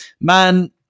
Man